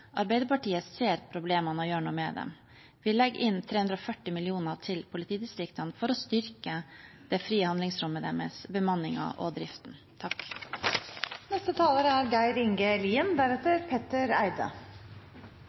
Arbeiderpartiet ser problemene og gjør noe med dem. Vi legger inn 340 mill. kr til politidistriktene for å styrke deres frie handlingsrom, bemanningen og driften.